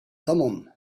thummim